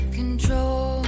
control